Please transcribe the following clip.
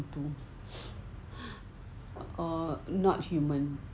hantu are not human